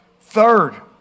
third